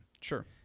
Sure